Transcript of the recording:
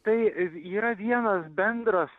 tai yra vienas bendras